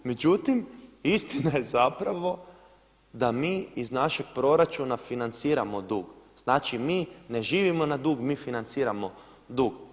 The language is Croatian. Međutim istina je zapravo da mi iz našeg proračuna financiramo dug, znači mi ne živimo na dug, mi financiramo dug.